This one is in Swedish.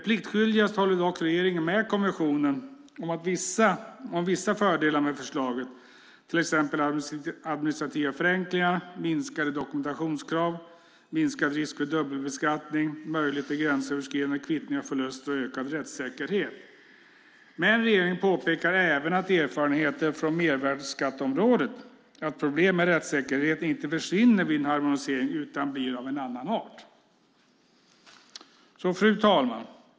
Pliktskyldigast håller dock regeringen med kommissionen om att det finns vissa fördelar med förslaget, till exempel administrativa förenklingar, minskade dokumentationskrav, minskad risk för dubbelbeskattning, möjligheter till gränsöverskridande kvittning av förluster och ökad rättssäkerhet. Men regeringen påpekar även att erfarenheter från mervärdesskatteområdet visar att problem med rättsäkerheten inte försvinner vid en harmonisering utan blir av en annan art. Fru talman!